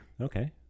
Okay